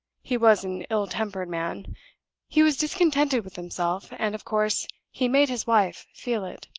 he was an ill-tempered man he was discontented with himself and of course he made his wife feel it.